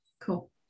Cool